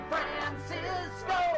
Francisco